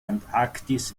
antarktis